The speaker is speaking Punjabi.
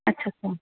ਅੱਛਾ ਅੱਛਾ